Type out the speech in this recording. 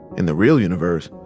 in the real universe,